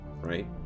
right